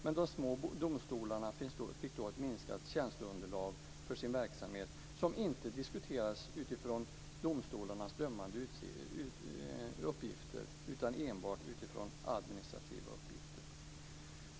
Men de små domstolarna fick ett minskat tjänsteunderlag för sin verksamhet, som inte diskuterades utifrån domstolarnas dömande uppgifter utan enbart utifrån domstolarnas administrativa uppgifter.